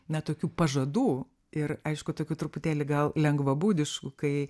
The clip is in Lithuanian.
na tokių pažadų ir aišku tokių truputėlį gal lengvabūdiškų kai